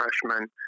freshman